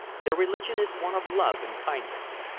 their religion is one of love and kindness.